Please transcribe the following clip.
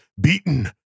beaten